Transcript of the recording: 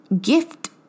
gift